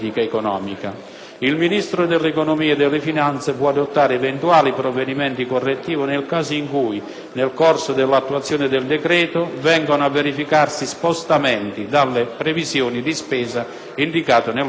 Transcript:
Il Ministro dell'economia e delle finanze può adottare eventuali provvedimenti correttivi nel caso in cui, nel corso dell'attuazione del decreto, vengano a verificarsi spostamenti dalle previsioni di spesa indicate nel decreto